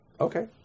Okay